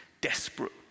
desperate